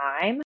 time